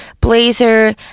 blazer